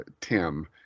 Tim